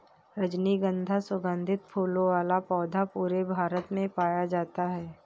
रजनीगन्धा सुगन्धित फूलों वाला पौधा पूरे भारत में पाया जाता है